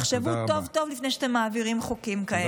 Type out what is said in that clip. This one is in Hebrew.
תחשבו טוב-טוב לפני שאתם מעבירים חוקים כאלה.